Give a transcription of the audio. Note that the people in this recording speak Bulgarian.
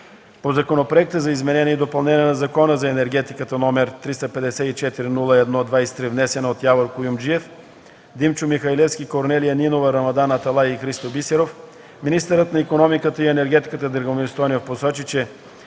По Законопроекта за изменение и допълнение на Закона за енергетиката, № 354-01-23, внесен от Явор Куюмджиев, Димчо Михалевски, Корнелия Нинова, Рамадан Аталай и Христо Бисеров, министърът на икономиката и енергетиката Драгомир Стойнев посочи,